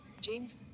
James